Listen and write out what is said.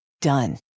Done